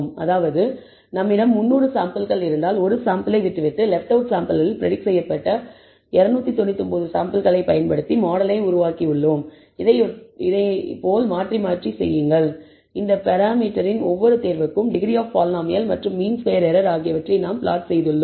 அதாவது நம்மிடம் 300 சாம்பிள்கள் இருந்தால் ஒரு சாம்பிளை விட்டுவிட்டு லெப்ட் அவுட் சாம்பிளில் பிரடிக்ட் செய்யப்பட்ட 299 சாம்பிள்களைப் பயன்படுத்தி மாடலை உருவாக்கியுள்ளோம் இதையொட்டி மாற்றி மாற்றி இதைச் செய்யுங்கள் இந்த பராமீட்டரின் ஒவ்வொரு தேர்வுக்கும் டிகிரி ஆப் பாலினாமியல் மற்றும் மீன் ஸ்கொயர் எரர் ஆகியவற்றை நாம் பிளாட் செய்துள்ளோம்